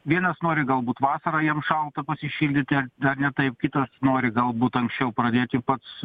vienas nori galbūt vasarą jam šalta pasišildyti dar ne taip kitas nori galbūt anksčiau pradėti pats